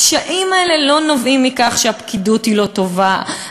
הקשיים האלה לא נובעים מכך שהפקידות היא לא טובה,